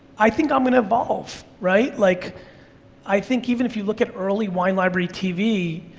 i think i'm gonna evolve, right? like i think even if you look at early wine library tv,